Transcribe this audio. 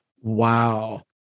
Wow